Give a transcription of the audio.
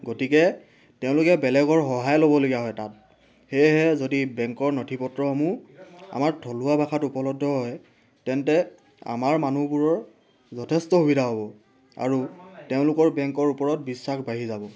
গতিকে তেওঁলোকে বেলেগৰ সহায় ল'বলগীয়া হয় তাত সেয়েহে যদি বেংকৰ নথিপত্ৰসমূহ আমাৰ থলুৱা ভাষাত উপলব্ধ হয় তেন্তে আমাৰ মানুহবোৰৰ যথেষ্ট সুবিধা হ'ব আৰু তেওঁলোকৰ বেংকৰ ওপৰত বিশ্বাস বাঢ়ি যাব